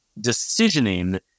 decisioning